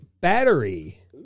battery